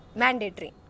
mandatory